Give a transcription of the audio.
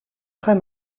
très